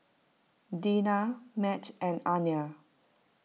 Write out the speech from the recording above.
Dena Mat and Anner